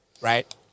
right